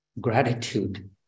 gratitude